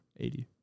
80